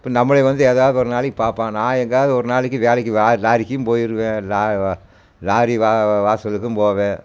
இப்போ நம்மளை வந்து எதாவது ஒரு நாளைக்கு பார்ப்பான் நான் எங்காவது ஒரு நாளைக்கு வேலைக்கு லாரிக்குன்னு போயிடுவேன் லாரி வாசலுக்கும் போவேன்